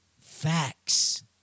Facts